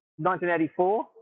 1984